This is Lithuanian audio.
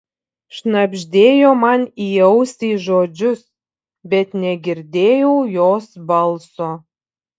šnabždėjo man į ausį žodžius bet negirdėjau jos balso